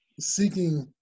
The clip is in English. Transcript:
seeking